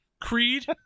creed